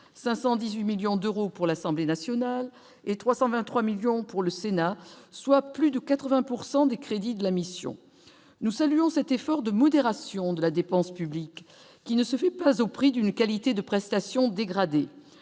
518 millions d'euros pour l'Assemblée nationale et 323 millions pour le Sénat, soit plus de 80 pourcent des crédits de la mission, nous saluons cet effort de modération de la dépense publique qui ne se fait pas au prix d'une qualité de prestation dégradées,